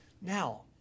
Now